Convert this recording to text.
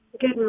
Good